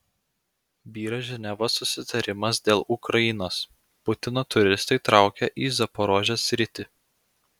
byra ženevos susitarimas dėl ukrainos putino turistai traukia į zaporožės sritį